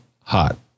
hot